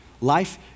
Life